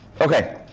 Okay